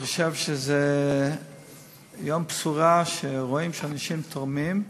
אני חושב שזה יום בשורה, שרואים שאנשים תורמים.